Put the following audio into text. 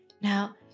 Now